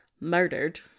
murdered